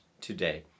today